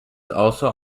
also